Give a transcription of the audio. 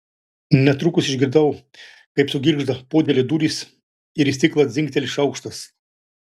netrukus išgirdau kaip sugirgžda podėlio durys ir į stiklą dzingteli šaukštas